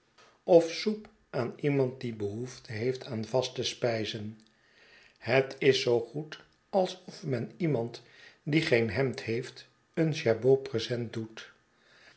of soep aan iemand die behoefte heeft aan vaste sprjzen het is zoo goed alsof men iemand die geen hemd heeft een jabot present dpet